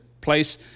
place